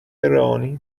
روانی